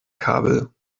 kabel